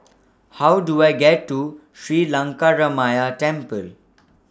How Do I get to Sri Lankaramaya Temple